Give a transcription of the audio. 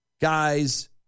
guys